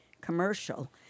commercial